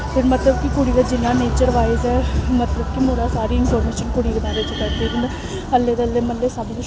फिर मतलब कि कुड़ी दा जिन्ना नेचरवाइज मतलब कि मुड़ा सारी इन्फर्मेशन कुड़ी दे बारे च कड्डी लैंदा बल्लें बल्लें मतलब सब किश